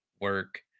work